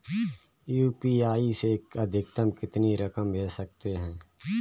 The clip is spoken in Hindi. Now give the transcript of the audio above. यू.पी.आई से अधिकतम कितनी रकम भेज सकते हैं?